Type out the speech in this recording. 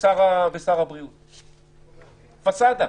ושר הבריאות, פסדה,